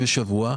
חודש ושבוע,